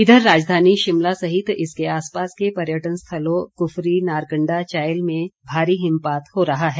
इधर राजधानी शिमला सहित इसके आसपास के पर्यटन स्थलों कुफरी नारकंडा चायल में भारी हिमपात हो रहा है